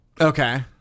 Okay